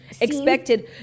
Expected